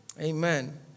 Amen